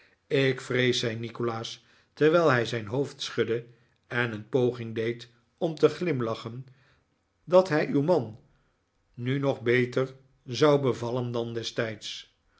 ik vrees zei nikolaas terwijl hij zijn hoofd schudde en een poging deed om te glimlachen dat hij uw man nu nog beter zou bevallen dan destijds